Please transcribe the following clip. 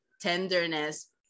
tenderness